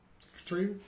three